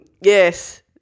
Yes